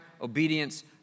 obedience